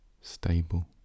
stable